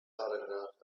paragraph